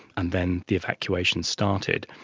and then the evacuation started.